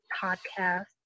podcast